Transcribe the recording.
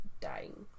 Dying